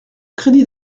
crédit